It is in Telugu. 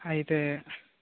అయితే